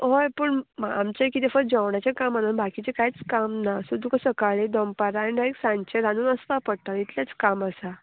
हय पूण आमचें किदें फक्त जेवणाचें काम न्हू बाकीचें कांयच काम ना सो तुका सकाळीं दनपारां आनी डायरेक्ट सांजचें रांदून वचपा पडटा इतलेंच काम आसा